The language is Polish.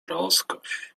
rozkosz